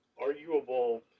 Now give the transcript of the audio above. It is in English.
arguable